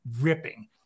ripping